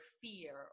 fear